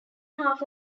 half